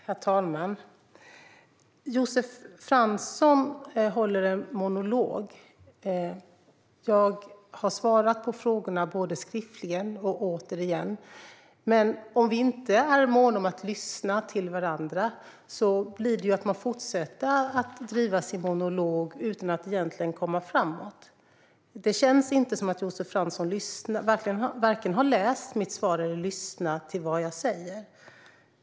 Herr talman! Josef Fransson håller en monolog. Jag har svarat på frågorna både skriftligt och, återigen, här. Men om vi inte är måna om att lyssna till varandra blir det ju att man fortsätter att driva sin monolog utan att egentligen komma framåt. Det känns inte som om Josef Fransson vare sig har läst mitt svar eller lyssnat till vad jag säger.